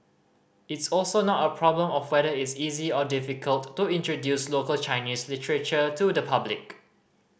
it's also not a problem of feather it's easy or difficult to introduce local Chinese literature to the public